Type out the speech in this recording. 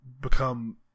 become